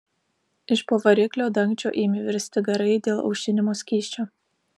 iš po variklio dangčio ėmė virsti garai dėl aušinimo skysčio